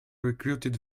recruited